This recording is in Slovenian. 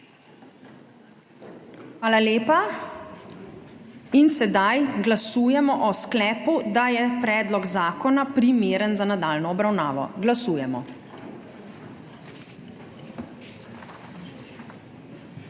Hvala lepa. Glasujemo o sklepu, da je predlog zakona primeren za nadaljnjo obravnavo. Glasujemo.